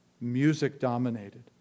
music-dominated